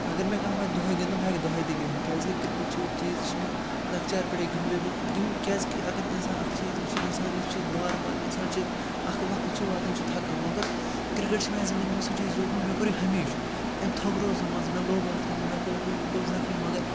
اگر مےٚ کانٛہہ وَنہِ دۄہَے گِنٛدُن بہٕ ہٮ۪کہٕ دۄہَے تہِ گِنٛدِتھ کیٛازِکہِ کِرٛکٮ۪ٹ چھِ یُتھ چیٖز یُس مےٚ لۄکچارٕ پٮ۪ٹھَے گیُنٛد مےٚ یِم کیٛازِکہِ اگر اِنسان اَکھ چیٖز وٕچھِ اِنسان یُس چیٖز بار بار اِنسان چھِ اَکھ وقت چھِ واتان یہِ چھُ تھَکان مگر کِرٛکٮ۪ٹ چھِ میٛانہِ زندگی منٛز سُہ چیٖز روٗدمُت مےٚ کوٚر یہِ ہمیشہِ أمۍ تھکروٚوس بہٕ منٛزٕ مےٚ لوٚگ اَتھ منٛز مےٚ گوٚو ہُہ بہٕ گووُس زخمی مگر